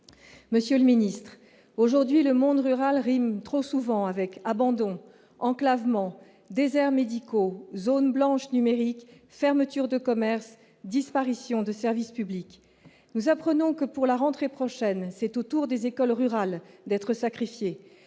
Monsieur le Ministre, aujourd'hui, le monde rural rime trop souvent avec l'abandon enclavement déserts médicaux zones blanches numérique fermetures de commerces, disparition des services publics, nous apprenons que pour la rentrée prochaine, c'est au tour des écoles rurales d'être sacrifiés